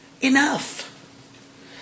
enough